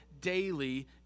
daily